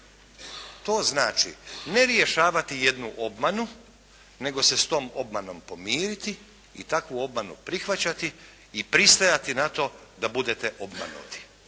To znači ne rješavati jednu obmanu nego se s tom obmanom pomiriti i takvu obmanu prihvaćati i pristajati na to da budete obmanuti